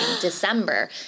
December